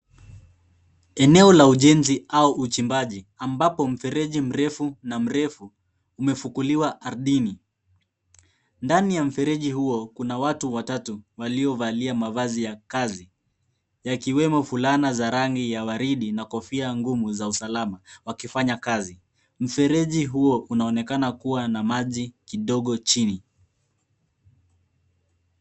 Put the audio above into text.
Eneo la ujenzi au uchimbaji, ambapo mfereji mrefu na mrefu umefukuliwa ardhini. Ndani ya mfereji huo kuna watu watatu waliovalia mavazi ya kazi, yakiwemo fulana za rangi ya waridi na kofia ngumu za usalama wakifanya kazi. Mfereji huo unaonekana kuwa na maji kidogo chini.